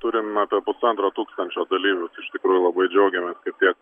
turim apie pusantro tūkstančio dalyvių tai iš tikrųjų labai džiaugiamės kad tiek